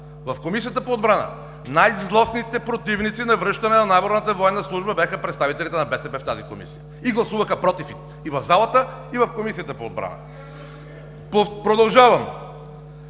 в Комисията по отбрана най-злостните противници на връщането на наборната военна служба бяха представителите на БСП в тази Комисия. И гласуваха „против“ – и в Комисията по отбрана, и в залата.